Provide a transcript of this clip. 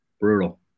Brutal